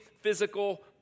physical